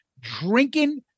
drinking